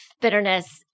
bitterness